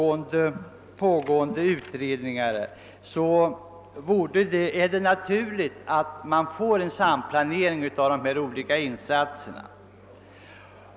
Trots de pågående utredningarna är det dock naturligt att få till stånd en samplanering av de olika insatserna.